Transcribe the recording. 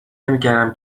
نمیکردم